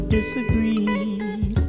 Disagree